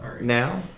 Now